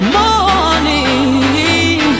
morning